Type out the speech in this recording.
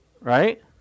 Right